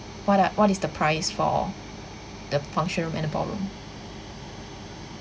what are what is the price for the function room and the ballroom